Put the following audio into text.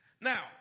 Now